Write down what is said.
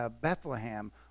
Bethlehem